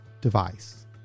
device